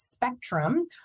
Spectrum